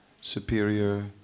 superior